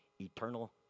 eternal